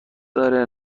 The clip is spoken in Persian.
داره